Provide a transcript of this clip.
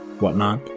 whatnot